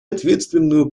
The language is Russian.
ответственную